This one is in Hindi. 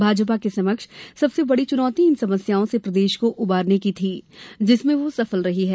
भाजपा के समक्ष सबसे बड़ी चुनौती इन समस्याओं से प्रदेश को उबारने की थी जिसमें वह सफल रही है